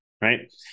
right